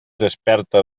desperta